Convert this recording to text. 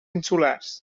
insulars